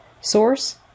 source